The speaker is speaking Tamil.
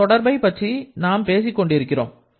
இந்த தொடர்பை பற்றி நாம் பேசிக் கொண்டிருக்கிறோம்